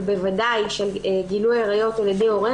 ובוודאי של גילוי עריות על ידי הורה,